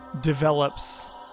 develops